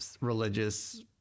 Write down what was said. religious